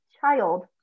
child